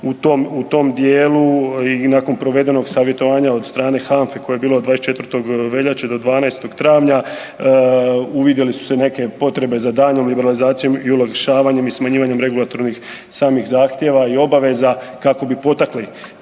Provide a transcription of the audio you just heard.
u tom dijelu i nakon provedenog savjetovanja od strane HANFA-e koja je bilo od 24. veljače do 12. travnja uvidjele su se neke potrebe za daljnjom liberalizacijom i olakšavanjem i smanjivanjem regulatornih samih zahtjeva i obaveza kako bi potakli